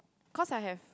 cause I have